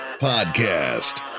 Podcast